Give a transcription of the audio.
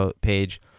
page